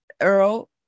Earl